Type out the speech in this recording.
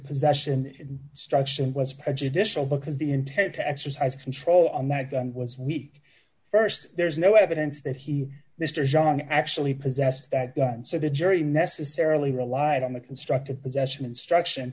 possession struction was prejudicial because the intent to exercise control on that was weak st there's no evidence that he mr john actually possess that so the jury necessarily relied on the constructive possession instruction